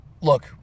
look